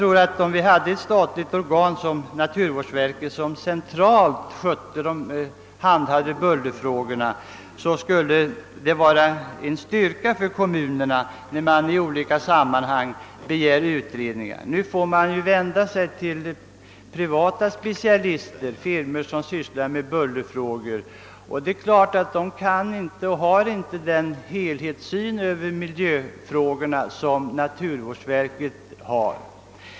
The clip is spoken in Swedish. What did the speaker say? Om vi hade ett statligt organ som «naturvårdsverket, som «centralt handhade bullerfrågorna, skulle det vara en styrka för kommunerna när de begär utredningar. Nu får de vända sig till privata specialister hos firmor som sysslar med bullerfrågor, och dessa har inte samma helhetssyn på miljöfrågorna som naturvårdsverket.